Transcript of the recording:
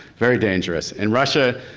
very dangerous. in russia,